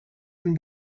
been